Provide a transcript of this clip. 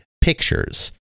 pictures